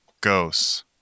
Ghosts